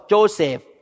Joseph